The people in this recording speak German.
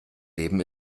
leben